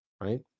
Right